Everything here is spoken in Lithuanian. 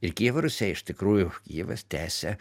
ir kijevo rusia iš tikrųjų kijevas tęsia